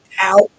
out